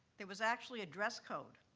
there was actually a dress code,